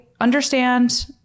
understand